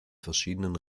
verschiedenen